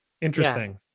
Interesting